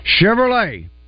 Chevrolet